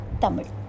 Tamil